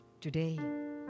Today